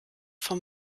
vom